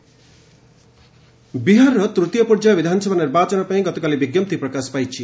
Bihar election ବିହାରର ତୃତୀୟ ପର୍ଯ୍ୟାୟ ବିଧାନସଭା ନିର୍ବାଚନ ପାଇଁ ଗତକାଲି ବିଞ୍ଜପ୍ତି ପ୍ରକାଶ ପାଇଛି